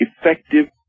effective